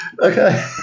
Okay